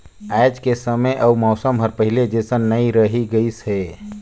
आयज के समे अउ मउसम हर पहिले जइसन नइ रही गइस हे